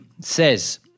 says